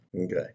Okay